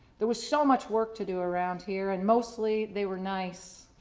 there was so much work to do around here and mostly they were nice.